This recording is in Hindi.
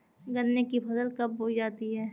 गन्ने की फसल कब बोई जाती है?